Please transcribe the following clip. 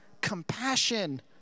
compassion